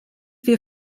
wir